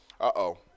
Uh-oh